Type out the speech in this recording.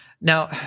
Now